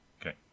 Okay